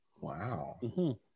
Wow